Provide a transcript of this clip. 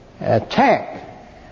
attack